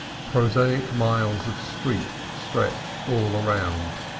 prosaic miles of street stretch all around,